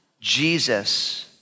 Jesus